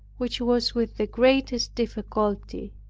which was with the greatest difficulty.